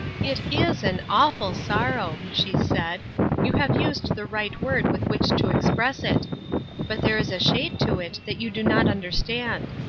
it is an awful sorrow, she said you have used the right word with which to express it but there is a shade to it that you do not understand.